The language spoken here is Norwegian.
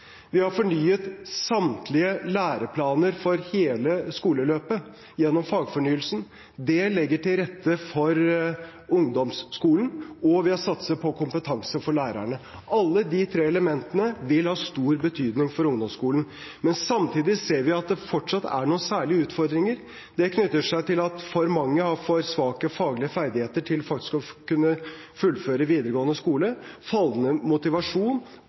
Vi har fornyet samtlige læreplaner for hele skoleløpet gjennom fagfornyelsen. Det legger til rette for ungdomsskolen. Vi har også satset på kompetanse for lærerne. Alle de tre elementene vil ha stor betydning for ungdomsskolen. Samtidig ser vi at det fortsatt er noen særlige utfordringer. Det knytter seg til at for mange har for svake faglige ferdigheter til faktisk å kunne fullføre videregående skole, fallende motivasjon